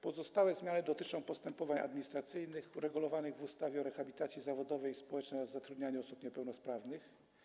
Pozostałe zmiany dotyczą postępowań administracyjnych uregulowanych w ustawie o rehabilitacji zawodowej i społecznej oraz zatrudnianiu osób niepełnosprawnych.